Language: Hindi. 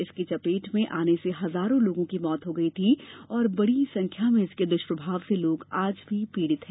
इसकी चपेट में आने से हजारों लोगों की मौत हो गई थी और बड़ी संख्या में इसके द्ष्प्रभाव से लोग आज भी पीड़ित हैं